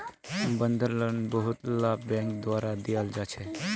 बंधक लोन बहुतला बैंकेर द्वारा दियाल जा छे